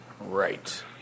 Right